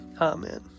Amen